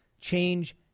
Change